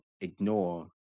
ignore